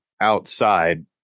outside